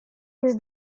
his